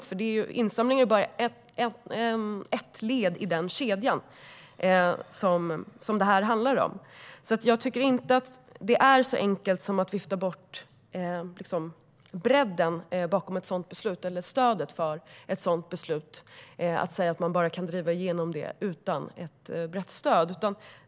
Insamlingen är nämligen bara ett led i den kedja som det här handlar om. Jag tycker inte att det är så enkelt som att vifta bort bredden bakom, eller stödet för, ett sådant beslut och säga att man bara kan driva igenom det utan ett brett stöd.